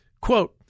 Quote